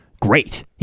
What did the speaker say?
great